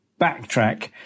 backtrack